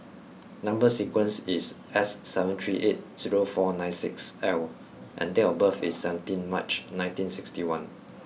number sequence is S seven three eight zero four nine six L and date of birth is seventeenth March nineteen sixty one